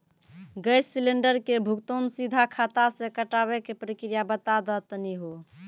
Gas cylinder के भुगतान सीधा खाता से कटावे के प्रक्रिया बता दा तनी हो?